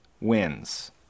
wins